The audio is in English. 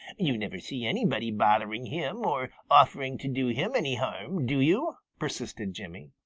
you never see anybody bothering him or offering to do him any harm, do you? persisted jimmy.